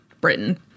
Britain